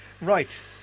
right